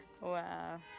wow